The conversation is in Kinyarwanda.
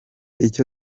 icyo